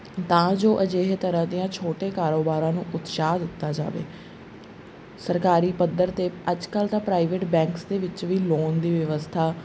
ਤਾਂ ਜੋ ਅਜਿਹੇ ਤਰ੍ਹਾਂ ਦੀਆਂ ਛੋਟੇ ਕਾਰੋਬਾਰਾਂ ਨੂੰ ਉਤਸ਼ਾਹ ਦਿੱਤਾ ਜਾਵੇ ਸਰਕਾਰੀ ਪੱਧਰ 'ਤੇ ਅੱਜ ਕੱਲ੍ਹ ਤਾਂ ਪ੍ਰਾਈਵੇਟ ਬੈਂਕਸ ਦੇ ਵਿੱਚ ਵੀ ਲੋਨ ਦੀ ਵਿਵਸਥਾ